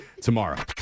tomorrow